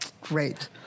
Great